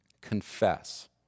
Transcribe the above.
Confess